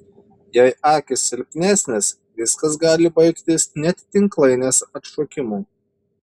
jei akys silpnesnės viskas gali baigtis net tinklainės atšokimu